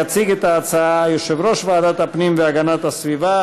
יציג את ההצעה יושב-ראש ועדת הפנים והגנת הסביבה,